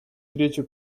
третью